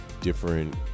different